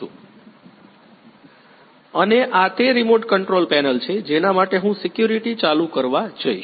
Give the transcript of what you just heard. vlcsnap 2019 04 26 23h40m37s846 અને આ તે રિમોટ કંટ્રોલ પેનલ છે જેના માટે હું સેક્યુરીટી ચાલુ કરવા જઈશ